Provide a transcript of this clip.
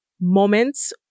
moments